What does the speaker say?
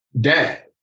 dad